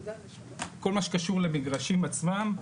כל מה שקשור למגרשים עצמם,